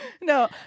No